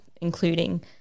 including